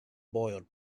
boiled